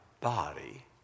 body